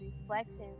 reflections